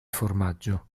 formaggio